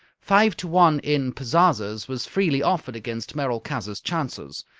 five to one in pazazas was freely offered against merolchazzar's chances,